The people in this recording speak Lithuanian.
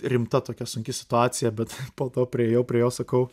rimta tokia sunki situacija bet po to priėjau prie jo sakau